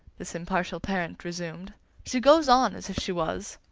this impartial parent resumed she goes on as if she was.